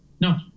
No